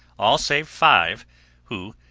all save five who,